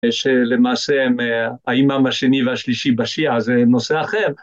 שלמעשה הם האימאם השני והשלישי בשיעה, זה נושא אחר.